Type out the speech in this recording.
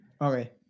Okay